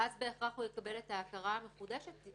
ואז בהכרח הוא יקבל הכרה מחודשת?